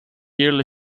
yearly